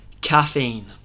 Caffeine